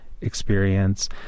experience